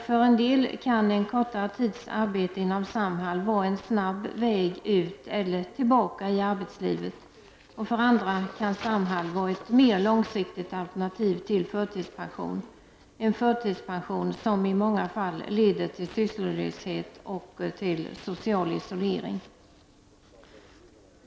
För en del kan en kortare tids arbete inom Samhall vara en snabb väg ut i eller tillbaka till arbetslivet. För andra kan Samhall vara ett mera långsiktigt alternativ till förtidspension — en förtidspension som i många fall leder till sysslolöshet och social isolering.